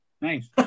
nice